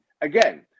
again